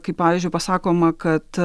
kai pavyzdžiui pasakoma kad